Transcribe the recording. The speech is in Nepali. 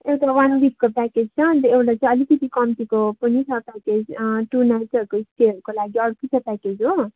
एउटा वान विकको प्याकेज छ अन्त एउटा चाहिँ अलिकति कम्तीको पनि छ प्याकेज टु नाइट्हसरूको स्टेहरूको लागि चाहिँ अर्के छ प्याकेज हो